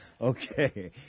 Okay